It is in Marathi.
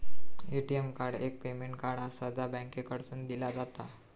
ए.टी.एम कार्ड एक पेमेंट कार्ड आसा, जा बँकेकडसून दिला जाता